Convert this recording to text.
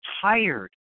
tired